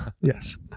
yes